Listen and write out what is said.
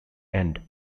end